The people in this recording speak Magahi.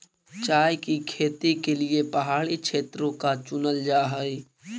चाय की खेती के लिए पहाड़ी क्षेत्रों को चुनल जा हई